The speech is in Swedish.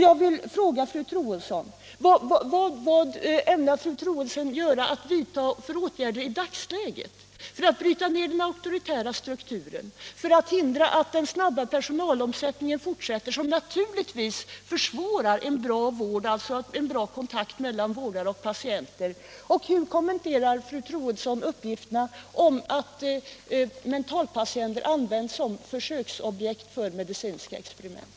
Jag vill fråga vilka åtgärder fru Troedsson ämnar vidta i dagsläget för att bryta ner den auktoritära strukturen, för att hindra att den snabba personalomsättningen fortsätter — något som naturligtvis försvårar en bra vård, dvs. en god kontakt mellan vårdare och patienter — och hur fru Troedsson kommenterar uppgifterna om-att mentalpatienter används som försöksobjekt för medicinska experiment.